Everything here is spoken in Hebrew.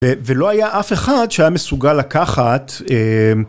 ולא היה אף אחד שהיה מסוגל לקחת.